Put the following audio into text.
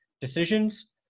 decisions